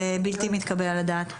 זה בלתי מתקבל על הדעת.